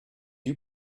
you